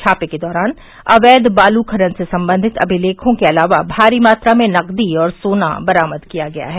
छापे के दौरान अवैध बालू खनन से संबंधित अभिलेखों के अलावा भारी मात्रा में नकदी और सोना बरामद किया गया है